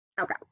Okay